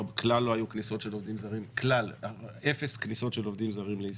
כלל לא היו כניסות של עובדים זרים לישראל,